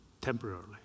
temporarily